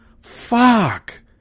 Fuck